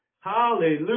Hallelujah